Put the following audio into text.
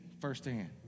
firsthand